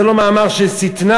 זה לא מאמר של שטנה?